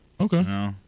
Okay